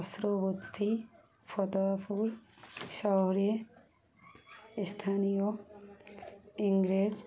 পার্শ্ববর্তী ফতপুর শহরে স্থানীয় ইংরেজ